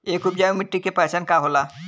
एक उपजाऊ मिट्टी के पहचान का होला?